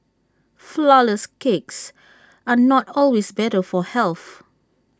Flourless Cakes are not always better for health